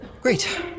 Great